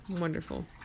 Wonderful